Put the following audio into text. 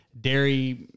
dairy